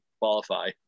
qualify